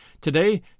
Today